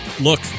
Look